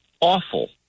awful